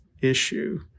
issue